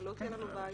אבל לא תהיה לנו בעיה.